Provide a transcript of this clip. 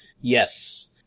yes